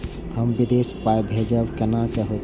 हम विदेश पाय भेजब कैना होते?